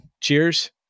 cheers